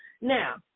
Now